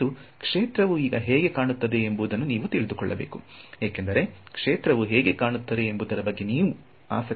ಮತ್ತು ಕ್ಷೇತ್ರವು ಈಗ ಹೇಗೆ ಕಾಣುತ್ತದೆ ಎಂಬುದನ್ನು ನೀವು ತಿಳಿದುಕೊಳ್ಳಬೇಕು ಏಕೆಂದರೆ ಕ್ಷೇತ್ರವು ಹೇಗೆ ಕಾಣುತ್ತದೆ ಎಂಬುದರ ಬಗ್ಗೆ ನೀವು ಆಸಕ್ತಿ ಹೊಂದಿರುತ್ತೀರ